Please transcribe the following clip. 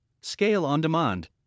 scale-on-demand